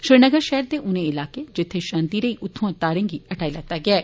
श्रीनगर शैहर दे उनें इलाकें जित्थे शान्ति रेई उत्थुआ तारें गी हटाई लैता गेआ ऐ